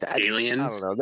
Aliens